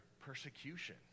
persecution